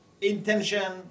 intention